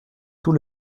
tout